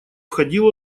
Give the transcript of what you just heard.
входил